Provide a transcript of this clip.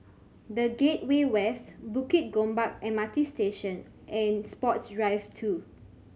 The Gateway West Bukit Gombak M R T Station and Sports Drive Two